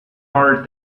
heart